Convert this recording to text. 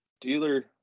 dealer